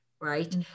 right